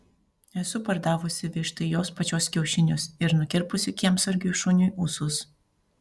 esu pardavusi vištai jos pačios kiaušinius ir nukirpusi kiemsargiui šuniui ūsus